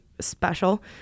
special